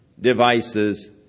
devices